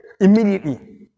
immediately